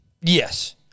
Yes